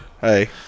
Hey